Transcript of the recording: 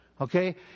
Okay